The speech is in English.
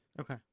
Okay